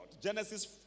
Genesis